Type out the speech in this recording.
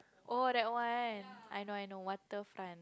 oh that one I know I know Water Front